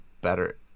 better